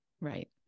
right